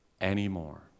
anymore